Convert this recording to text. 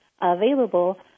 available